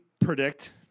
predict